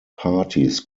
parties